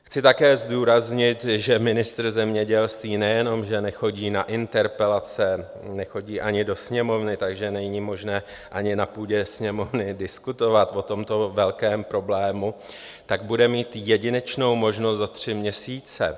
Chci také zdůraznit, že ministr zemědělství nejenom že nechodí na interpelace, nechodí ani do Sněmovny, takže není možné ani na půdě Sněmovny diskutovat o tomto velkém problému, tak bude mít jedinečnou možnost za tři měsíce.